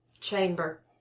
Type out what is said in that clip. chamber